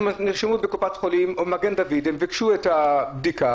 הם נרשמו בקופת חולים או במגן דוד וביקשו את הבדיקה,